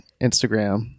Instagram